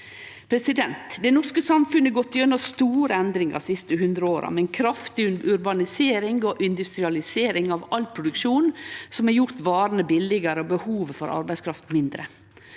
tollvern. Det norske samfunnet har gått igjennom store endringar dei siste 100 åra, med ei kraftig urbanisering og industrialisering av all produksjon, noko som har gjort varene billegare og behovet for arbeidskraft mindre.